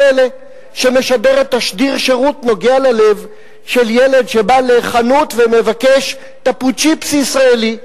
שמשדרת תשדיר שירות נוגע ללב של ילד שבא לחנות ומבקש תפוצ'יפס ישראלי.